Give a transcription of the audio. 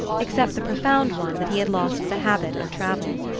except the profound one that he had lost the habit of travel.